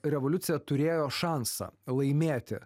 revoliucija turėjo šansą laimėti